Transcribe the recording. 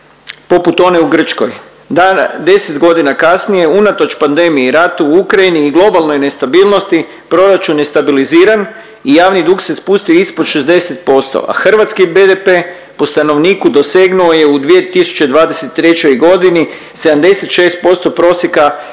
poput one u Grčkoj. Deset godina kasnije, unatoč pandemiji, ratu u Ukrajini i globalnoj nestabilnosti proračun je stabiliziran i javni dug se spustio ispod 60%, a hrvatski BDP po stanovniku dosegnuo je u 2023.g. 76% prosjeka